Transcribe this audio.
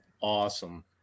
awesome